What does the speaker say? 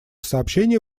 сообщения